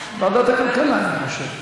כלכלה.